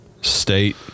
state